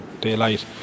daylight